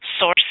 source